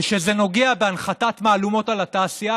כשזה נוגע בהנחתת מהלומות על התעשייה,